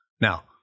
Now